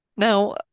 Now